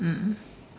mm